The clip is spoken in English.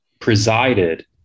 presided